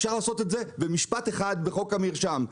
אפשר לעשות את זה במשפט אחד בחוק המרשם.